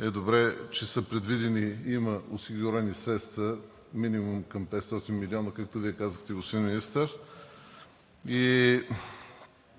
е добре, че са предвидени – има осигурени средства, минимум към 500 млн. лв., както Вие казахте, господин Министър.